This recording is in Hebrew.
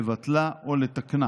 לבטלה או לתקנה.